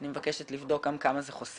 אני מבקשת לבדוק גם כמה זה חוסך,